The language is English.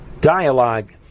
dialogue